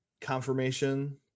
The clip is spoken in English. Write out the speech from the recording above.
confirmation